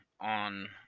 on